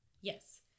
Yes